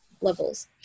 levels